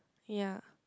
ya